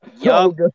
Yo